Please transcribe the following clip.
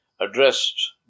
addressed